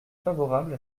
favorable